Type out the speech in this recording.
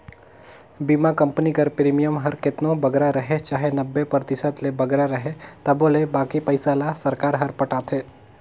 बीमा कंपनी कर प्रीमियम हर केतनो बगरा रहें चाहे नब्बे परतिसत ले बगरा रहे तबो ले बाकी पइसा ल सरकार हर पटाथे